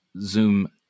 zoom